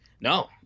No